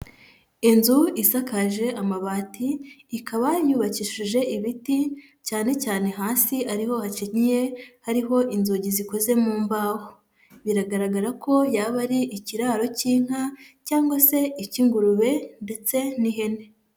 Inzu isakaje amabati, ikaba yubakishije ibiti cyane cyane hasi ariho hakenyeye, hariho inzugi zikoze mu mbaho, biragaragara ko yaba ari ikiraro cy'inka cyangwa se icy'ingurube ndetse n'ihene.